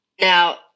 Now